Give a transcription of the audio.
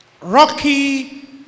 Rocky